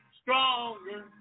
stronger